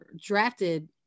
drafted